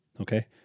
Okay